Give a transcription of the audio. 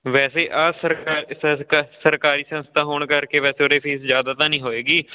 ਵੈਸੇ ਆਹ ਸਰਕਾਰੀ ਸੰਸਥਾ ਹੋਣ ਕਰਕੇ ਵੈਸੇ ਉਰੇ ਫੀਸ ਜ਼ਿਆਦਾ ਤਾਂ ਨਹੀਂ ਹੋਏਗੀ